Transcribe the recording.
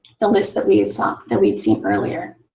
the lists that we'd so that we'd seen earlier.